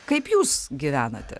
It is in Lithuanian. kaip jūs gyvenate